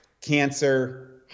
cancer